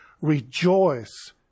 rejoice